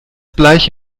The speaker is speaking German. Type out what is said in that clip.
bleich